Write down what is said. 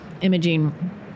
imaging